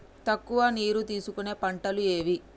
తక్కువ నీరు తీసుకునే పంటలు ఏవి?